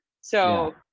So-